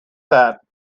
that